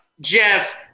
Jeff